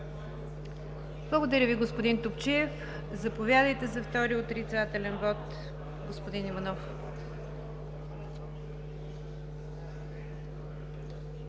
Благодаря Ви, господин Топчиев. Заповядайте за втори отрицателен вот, господин Иванов.